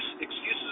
excuses